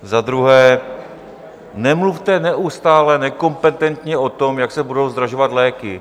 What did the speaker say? Za druhé, nemluvte neustále nekompetentně o tom, jak se budou zdražovat léky.